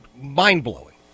mind-blowing